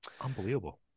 unbelievable